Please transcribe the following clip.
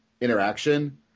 interaction